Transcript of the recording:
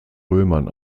römern